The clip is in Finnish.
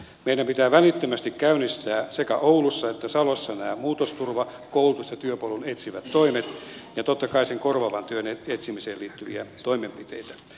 meidän pitää välittömästi käynnistää sekä oulussa että salossa nämä muutosturva koulutus ja työpolun etsivät toimet ja totta kai sen korvaavan työn etsimiseen liittyviä toimenpiteitä